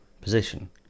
position